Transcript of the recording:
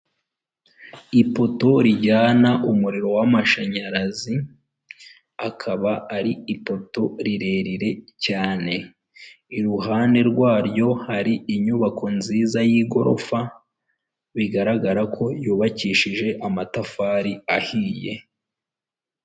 Ipoto rijyana umuriro w'amashanyarazi, akaba ari ipoto rirerire cyane. Iruhande rwaryo, hari inyubako nziza y'igorofa, bigaragara ko yubakishije amatafari ahiye.